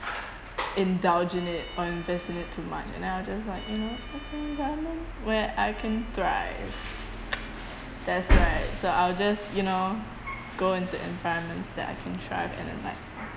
indulge in it or invest in it too much and then I'll just like you know look for an environment where I can thrive that's right so I'll just you know go into environments that I can thrive and then like